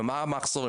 מה המחסור,